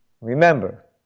Remember